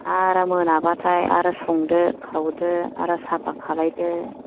आरो मोनाबाथाय आरो संदो खावदो आरो साफा खालायदो